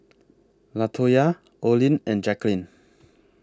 Latoyia Olin and Jacklyn